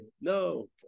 No